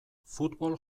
futbol